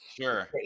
Sure